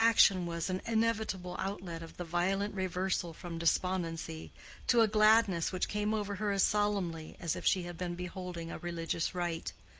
the action was an inevitable outlet of the violent reversal from despondency to a gladness which came over her as solemnly as if she had been beholding a religious rite.